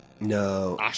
No